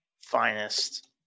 Finest